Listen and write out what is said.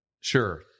Sure